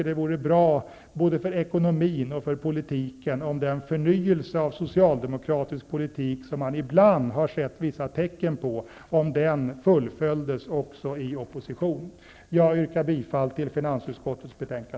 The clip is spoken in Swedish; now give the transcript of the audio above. Det vore bra både för ekonomin och för politiken om den förnyelse av socialdemokratisk politik som man ibland har sett vissa tecken på fullföljdes också i opposition. Jag yrkar bifall till finansutskottets hemställan.